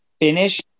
finish